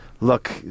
look